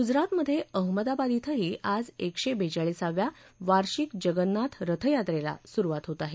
गुजरातमधे अहमदाबाद धिंही आज एकशे बेचाळीसाव्या वार्षिक जगन्नाथ रथ यात्रेला सुरुवात होत आहे